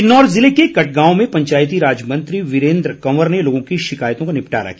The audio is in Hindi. किन्नौर जिले के कटगांव में पंचायती राज मंत्री वीरेन्द्र कंवर ने लोगों की शिकायतों का निपटारा किया